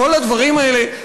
כל הדברים האלה,